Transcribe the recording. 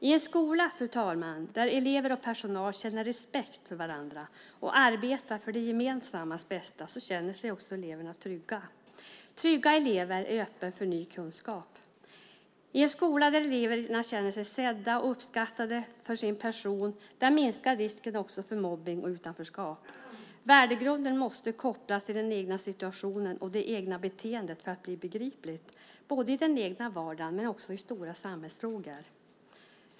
I en skola där elever och personal känner respekt för varandra och arbetar för det gemensammas bästa känner sig också eleverna trygga. Trygga elever är öppna för ny kunskap. I en skola där eleverna känner sig sedda och uppskattade för sin person minskar risken också för mobbning och utanförskap. Värdegrunden måste kopplas till den egna situationen och det egna beteendet för att bli begriplig, både i den egna vardagen och i stora samhällsfrågor.